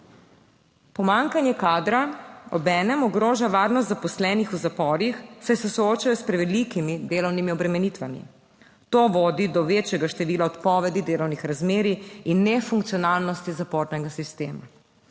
Pomanjkanje kadra obenem ogroža varnost zaposlenih v zaporih, saj se soočajo s prevelikimi delovnimi obremenitvami. To vodi do večjega števila odpovedi delovnih razmerij in ne funkcionalnosti zapornega sistema.